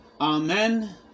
amen